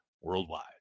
worldwide